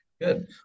Good